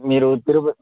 మిరు తిరుప